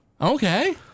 okay